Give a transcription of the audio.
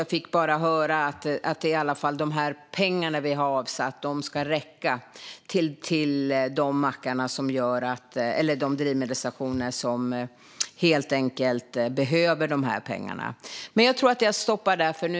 Jag fick höra att de pengar vi har avsatt ska räcka till de drivmedelsstationer som behöver dem. Jag stoppar där för nu.